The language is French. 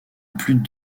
plus